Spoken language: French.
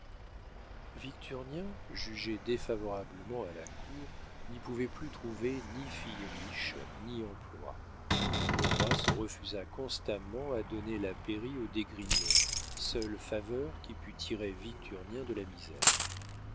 victurnien jugé défavorablement à la cour n'y pouvait plus trouver ni fille riche ni emploi le roi se refusa constamment à donner la pairie aux d'esgrignon seule faveur qui pût tirer victurnien de la misère